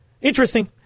Interesting